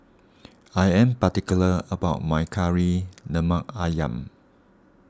I am particular about my Kari Lemak Ayam